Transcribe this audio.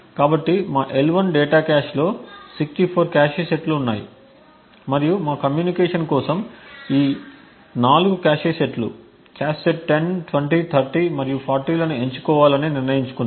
కాబట్టి మా L1 data కాష్లో 64 కాష్ సెట్లు ఉన్నాయి మరియు మా కమ్యూనికేషన్ కోసం ఈ 4 కాష్ సెట్లు కాష్ సెట్ 10 20 30 మరియు 40 లను ఎంచుకోవాలని నిర్ణయించుకున్నాము